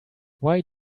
why